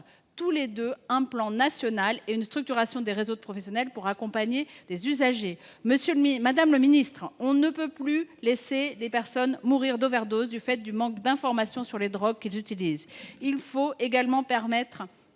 lancement d’un plan national et une structuration des réseaux de professionnels pour accompagner les usagers. Madame la ministre, on ne peut plus laisser les personnes mourir d’overdose du fait du manque d’informations sur les drogues qu’ils utilisent. Il faut également permettre